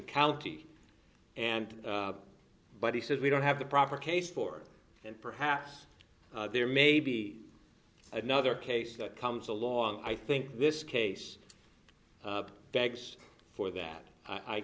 county and but he says we don't have the proper case for and perhaps there may be another case that comes along i think this case begs for that i